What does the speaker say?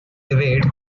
evade